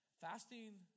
fasting